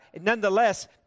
nonetheless